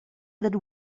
that